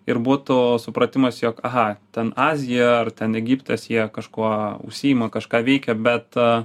ir būtų supratimas jog aha ten azija ar ten egiptas jie kažkuo užsiima kažką veikia bet